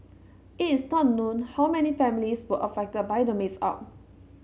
it is not known how many families were affected by the mix up